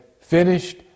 finished